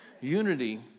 Unity